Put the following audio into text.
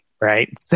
right